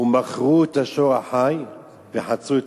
ומכרו את השור החי וחצו את